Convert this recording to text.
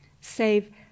save